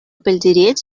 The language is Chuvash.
пӗлтерет